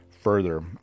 further